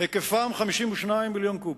היקפם 52 מיליון קוב.